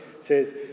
says